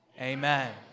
Amen